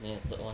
then the third [one]